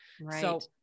Right